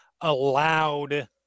allowed